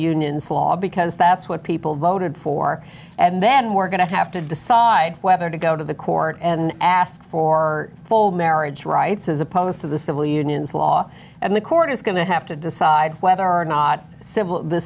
unions law because that's what people voted for and then we're going to have to decide whether to go to the court and ask for full marriage rights as opposed to the civil unions law and the court is going to have to decide whether or not civil the